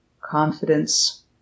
confidence